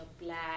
black